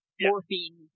morphine